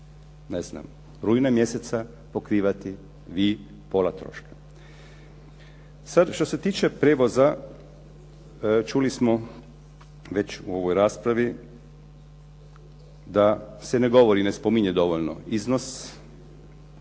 ćete od rujna mjeseca pokrivati vi pola troška. Sada što se tiče prijevoza, čuli smo već u ovoj raspravi da se ne govori ne spominje dovoljno iznos